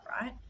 right